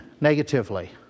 negatively